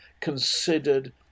considered